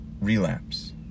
relapse